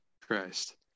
Christ